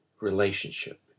relationship